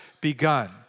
begun